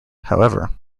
however